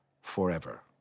forever